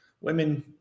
Women